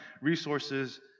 resources